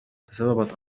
تسببت